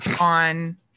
on